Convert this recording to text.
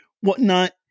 whatnot